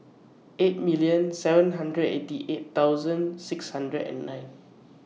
eight million seven hundred eighty eight thousand six hundred and nine